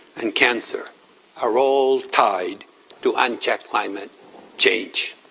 and cancer are all tied to unchecked climate change.